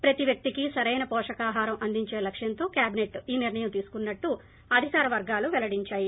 ప్రతి వ్యక్తికీ సరైన వోషకాహారం అందించే లక్ష్యంతో కేబిసెట్ ఈ నిర్ణయం తీసుకున్నట్టు అధికార వర్గాలు పెల్లడించాయి